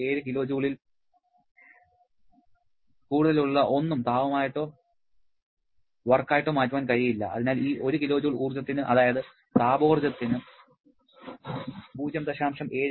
7 kJ യിൽ കൂടുതലുള്ള ഒന്നും താപമായിട്ടോ വർക്കായിട്ടോ മാറ്റുവാൻ കഴിയില്ല അതിനാൽ ഈ 1 kJ ഊർജ്ജത്തിന് അതായത് താപോർജ്ജത്തിന് 0